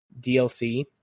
dlc